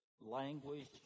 language